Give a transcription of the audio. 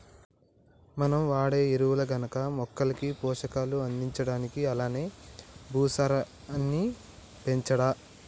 మనం వాడే ఎరువులు గనక మొక్కలకి పోషకాలు అందించడానికి అలానే భూసారాన్ని పెంచడా